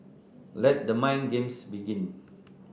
let the mind games begin